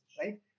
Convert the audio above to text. right